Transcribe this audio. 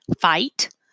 fight